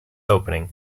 opening